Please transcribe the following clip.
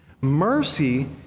Mercy